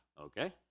Okay